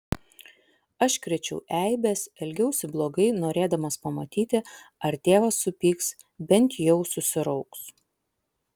aš krėčiau eibes elgiausi blogai norėdamas pamatyti ar tėvas supyks bent jau susirauks